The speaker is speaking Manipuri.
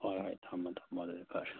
ꯍꯣꯏ ꯍꯣꯏ ꯊꯝꯃꯣ ꯊꯝꯃꯣ ꯑꯗꯨꯗꯤ ꯐꯔꯦ